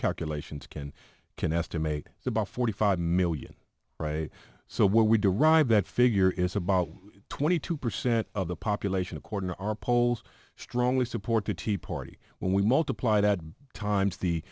calculations can can estimate about forty five million so we derive that figure is about twenty two percent of the population according to our polls strongly support the tea party when we multiply that times the